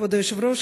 כבוד היושב-ראש,